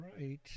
right